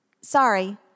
Sorry